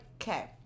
okay